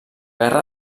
guerra